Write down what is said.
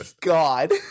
god